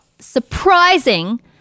surprising